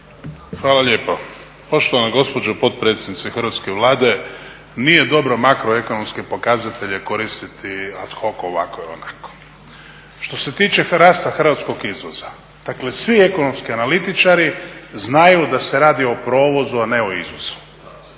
Ivan (HDZ)** Poštovana gospođo potpredsjednice hrvatske Vlade, nije dobro makroekonomske pokazatelje koristiti ad hoc ovako ili onako. Što se tiče rasta hrvatskog izvoza, dakle svi ekonomski analitičari znaju da se radi o provozu a ne o izvozu.